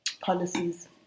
policies